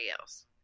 else